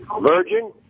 Virgin